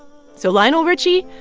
so, lionel richie,